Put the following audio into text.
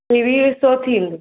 टेवीह सौ थी वेंदो